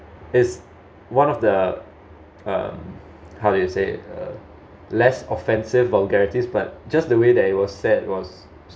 is one of the um how do you say uh less offensive vulgarities but just the way that it was said was